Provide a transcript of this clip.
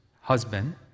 husband